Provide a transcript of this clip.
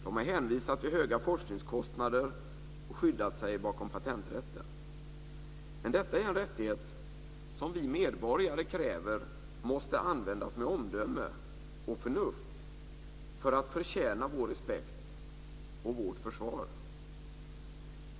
De har hänvisat till höga forskningskostnader och skyddat sig bakom patenträtten. Men detta är en rättighet som vi medborgare kräver måste användas med omdöme och förnuft för att förtjäna vår respekt och vårt försvar.